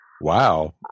wow